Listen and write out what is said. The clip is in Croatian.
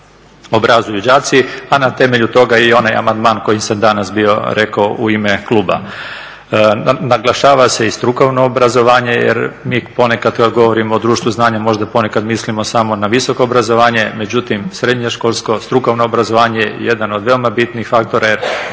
obrazuju đaci, a na temelju toga i onaj amandman koji sam danas bio rekao u ime kluba. Naglašava se i strukovno obrazovanje jer mi ponekad, tu ja govorim o društvu znanja, možda ponekad mislimo samo na visoko obrazovanje, međutim srednjoškolsko strukovno obrazovanje je jedan od veoma bitnih faktora jer